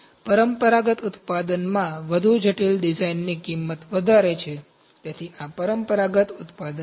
પરંપરાગત ઉત્પાદનમાં વધુ જટિલ ડિઝાઇનની કિંમત વધારે છે તેથી આ પરંપરાગત ઉત્પાદન છે